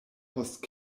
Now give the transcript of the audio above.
post